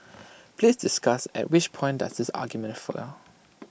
please discuss at which point does this argument fail